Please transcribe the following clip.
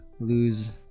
lose